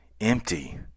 empty